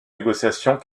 négociations